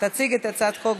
תציג את הצעת החוק,